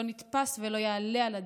לא נתפס ולא יעלה על הדעת.